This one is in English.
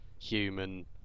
human